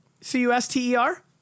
C-U-S-T-E-R